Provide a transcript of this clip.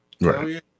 Right